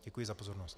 Děkuji za pozornost.